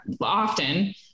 often